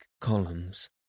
columns